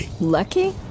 Lucky